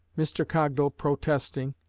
mr. cogdal protesting,